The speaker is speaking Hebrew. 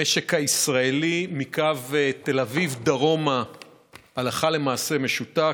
המשק הישראלי מקו תל אביב דרומה הלכה למעשה משותק,